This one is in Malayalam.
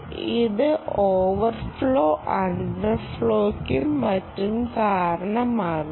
ഇത് ഓവർഫ്ലോ അണ്ടർഫ്ലോയ്ക്കും മറ്റും കാരണമാകുന്നു